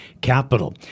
Capital